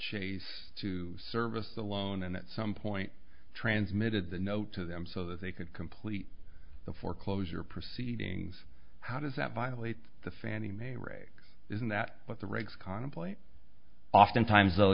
chase to service the loan and at some point transmitted the note to them so that they could complete the foreclosure proceedings how does that violate the fannie mae reg isn't that what the regs contemplate oftentimes